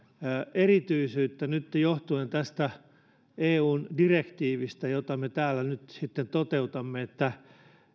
erityisyyttä johtuen tästä eun direktiivistä jota me täällä nyt sitten toteutamme että